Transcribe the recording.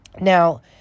Now